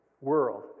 world